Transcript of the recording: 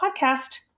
podcast